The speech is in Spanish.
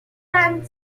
tan